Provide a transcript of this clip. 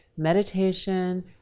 meditation